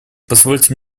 позвольте